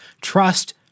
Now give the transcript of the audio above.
Trust